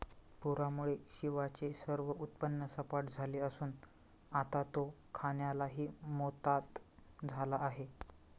पूरामुळे शिवाचे सर्व उत्पन्न सपाट झाले असून आता तो खाण्यालाही मोताद झाला आहे